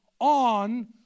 on